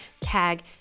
tag